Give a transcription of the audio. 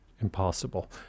impossible